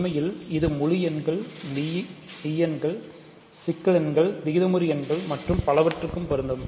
உண்மையில் இது முழு எண்கள்மெய்யெண்கள் சிக்கல் எண்கள் விகிதமுறு எண்கள் மற்றும் பலவற்றுக்கும் பொருந்தும்